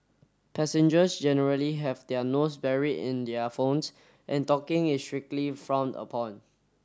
passengers generally have their nose buried in their phones and talking is strictly frowned upon